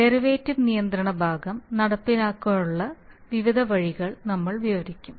derivative നിയന്ത്രണ ഭാഗം നടപ്പിലാക്കുന്നതിനുള്ള വിവിധ വഴികളും നമ്മൾ വിവരിക്കും